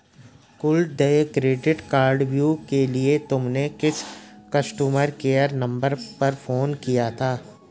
कुल देय क्रेडिट कार्डव्यू के लिए तुमने किस कस्टमर केयर नंबर पर फोन किया था?